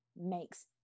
makes